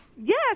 Yes